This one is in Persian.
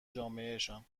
جامعهشان